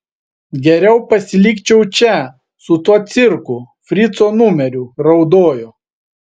geriau pasilikčiau čia su tuo cirku frico numeriu raudojo